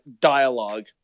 dialogue